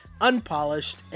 unpolished